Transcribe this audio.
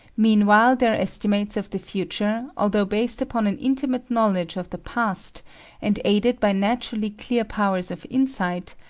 meanwhile their estimates of the future, although based upon an intimate knowledge of the past and aided by naturally clear powers of insight,